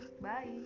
Bye